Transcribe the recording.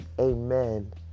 Amen